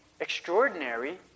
extraordinary